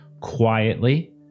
quietly